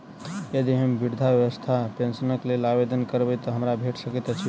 यदि हम वृद्धावस्था पेंशनक लेल आवेदन करबै तऽ हमरा भेट सकैत अछि?